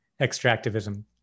extractivism